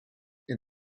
est